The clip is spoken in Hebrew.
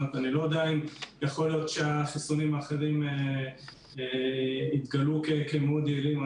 אני לא יודע אם יכול להיות שהחיסונים האחרים יתגלו כמאוד יעילים.